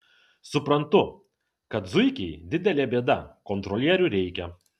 suprantu kad zuikiai didelė bėda kontrolierių reikia